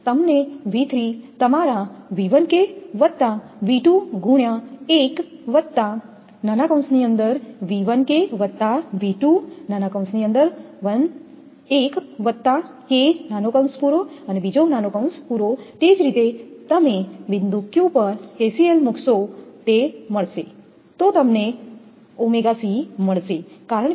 તમને V3 તમારા V1K V2 ગુણ્યા 1 વત્તા તે જ રીતે તમે બિંદુ Q પર KCL મૂકશો તે જ મળશે તો તમને ω મળશે